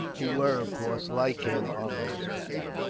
who were of course, like him, on horseback.